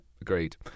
Agreed